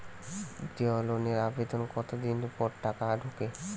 গৃহ লোনের আবেদনের কতদিন পর টাকা ঢোকে?